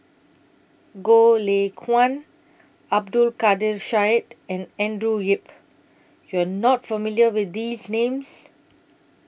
Goh Lay Kuan Abdul Kadir Syed and Andrew Yip YOU Are not familiar with These Names